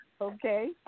Okay